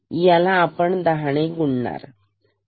याला आपण दहा ने गुणणार 10